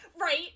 right